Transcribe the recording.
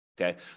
Okay